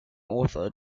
author